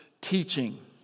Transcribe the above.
teaching